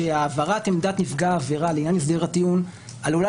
שהעברת עמדת נפגע העבירה לעניין הסדר הטיעון עלולה